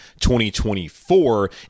2024